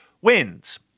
wins